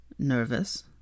Nervous